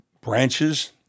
branches